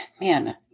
man